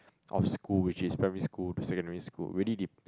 of school which is primary school to secondary school really depe~